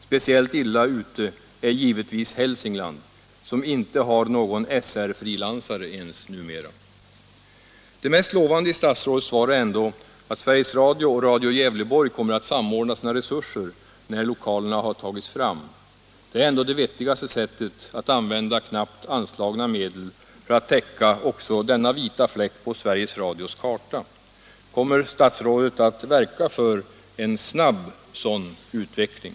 Speciellt illa ute är givetvis Hälsingland, som numera inte ens har någon SR-frilansare. Det mest lovande i statsrådets svar är ändå att Sveriges Radio och Radio Gävleborg kommer att samordna sina resurser, när lokalerna har tagits fram. Det är ändå det vettigaste sättet att använda knappt anslagna medel för att täcka också denna vita fläck på Sveriges Radios karta. Kommer statsrådet att verka för en snabb sådan utveckling?